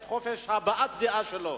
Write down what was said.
את חופש הבעת דעה שלו.